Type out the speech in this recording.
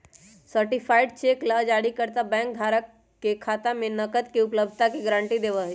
certified cheque ला जारीकर्ता bank धारक के खाता में नकद के उपलब्धता के गारंटी देवा हई